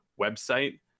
website